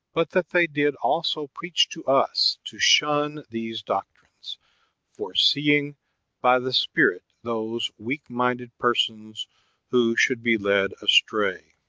but that they did also preach to us to shun these doctrines fore seeing by the spirit those weak-minded persons who should be led astray.